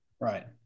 Right